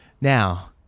Now